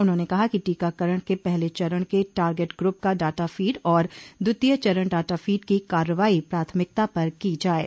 उन्होंने कहा कि टीकाकरण के पहले चरण के टॉरगेट ग्रुप का डाटाफीड और द्वितीय चरण डाटाफीड की कार्रवाई प्राथमिकता पर की जाये